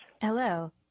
Hello